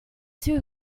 too